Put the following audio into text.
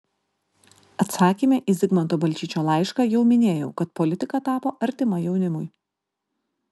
atsakyme į zigmanto balčyčio laišką jau minėjau kad politika tapo artima jaunimui